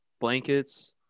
blankets